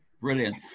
Brilliant